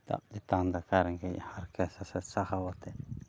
ᱫᱟᱜ ᱛᱮᱛᱟᱝ ᱫᱟᱠᱟ ᱨᱮᱸᱜᱮᱡ ᱦᱟᱨᱠᱮᱛ ᱥᱟᱥᱮᱛ ᱥᱟᱦᱟᱣ ᱠᱟᱛᱮᱫ